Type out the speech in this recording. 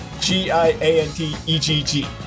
G-I-A-N-T-E-G-G